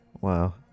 Wow